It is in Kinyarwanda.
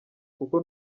kuko